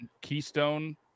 keystone